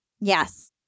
Yes